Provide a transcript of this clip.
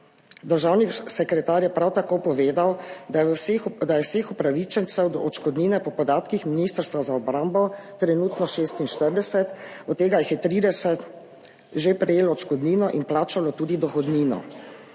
Državni sekretar je prav tako povedal, da je vseh upravičencev do odškodnine po podatkih ministrstva za obrambo trenutno 46, od tega jih je 30 že prejelo odškodnino in plačalo tudi dohodnino.